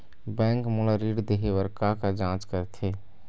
Bank मोला ऋण देहे बार का का जांच करथे?